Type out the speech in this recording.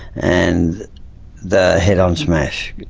and the head-on smash,